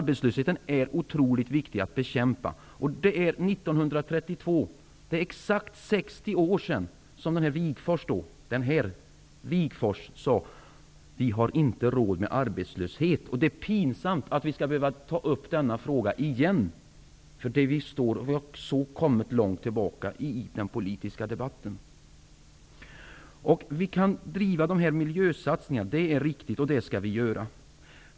Det är otroligt viktigt att bekämpa arbetslösheten. Det är nu exakt 60 år sedan som Ernst Wigforss sade, år 1932: Vi har inte råd med arbetslöshet. Det är pinsamt att vi skall behöva ta upp denna fråga igen. Har vi verkligen kommit så långt tillbaka i den politiska debatten? Vi kan driva dessa miljösatsningar, och det skall vi göra.